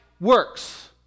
works